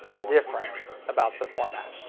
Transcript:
different about the format.